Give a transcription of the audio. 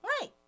Right